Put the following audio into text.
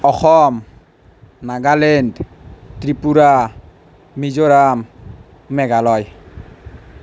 Assam Nagaland Tripura Mizoram Meghalaya